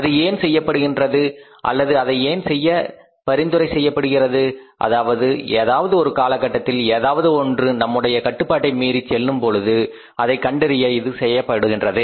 அது ஏன் செய்யப்படுகின்றது அல்லது அதை செய்ய ஏன் பரிந்துரை செய்யப்படுகின்றது அதாவது ஏதாவது ஒரு காலகட்டத்தில் ஏதாவது ஒன்று நம்முடைய கட்டுப்பாட்டை மீறிச் செல்லும் பொழுது அதை கண்டறிய இது செய்யப்படுகின்றது